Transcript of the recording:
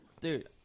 Dude